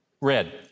Red